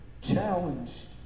challenged